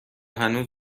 هنوز